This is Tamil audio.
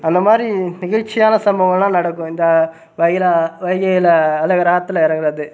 அந்த மாதிரி நெகிழ்ச்சியான சம்பவமெலாம் நடக்கும் இந்த வைகையில் வைகையில் அழகர் ஆற்றுல இறங்குறது